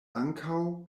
ankaŭ